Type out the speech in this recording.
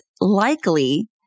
likely